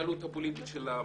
ולהתנהלות הפוליטית של המועצה.